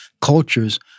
cultures